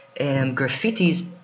graffitis